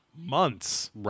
months